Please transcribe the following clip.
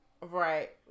Right